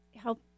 help